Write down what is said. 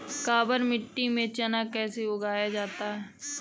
काबर मिट्टी में चना कैसे उगाया जाता है?